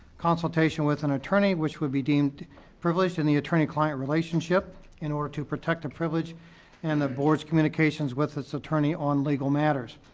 consultation with an attorney which would be deemed privileged in the attorney-client relationship in order to protect the privilege and the board's communications with this attorney on legal matters.